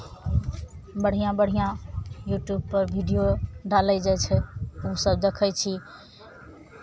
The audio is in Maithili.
बढ़िआँ बढ़िआँ यूट्यूबपर वीडियो डालै जाइ छै ओसभ देखै छी